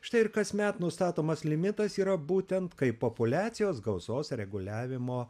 štai ir kasmet nustatomas limitas yra būtent kaip populiacijos gausos reguliavimo